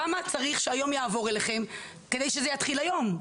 כמה צריך שהיום יעבור אליכם כדי שזה יתחיל היום,